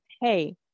hey